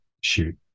shoot